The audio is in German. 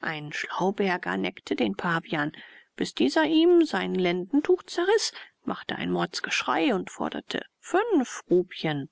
ein schlauberger neckte den pavian bis dieser ihm sein lendentuch zerriß machte ein mordsgeschrei und forderte fünf rupien